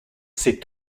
c’est